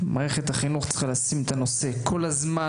מערכת החינוך צריכה לשים את הנושא כל הזמן